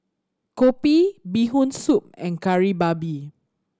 kopi Bee Hoon Soup and Kari Babi